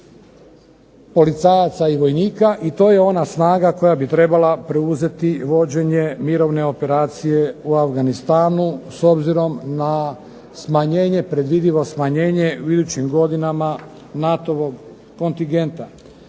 policajaca i vojnika i to je ona snaga koja bi trebala preuzeti vođenje mirovne operacije u Afganistanu s obzirom na predvidivo smanjenje u idućim godinama NATO-vom kontingenta.